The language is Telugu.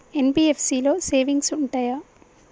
ఎన్.బి.ఎఫ్.సి లో సేవింగ్స్ ఉంటయా?